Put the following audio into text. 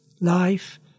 life